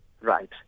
right